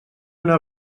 una